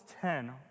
ten